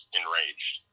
enraged